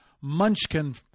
munchkin